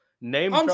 name